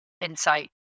insight